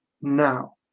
now